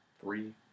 three